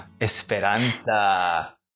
Esperanza